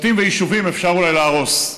בתים ויישובים אפשר אולי להרוס.